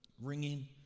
Ringing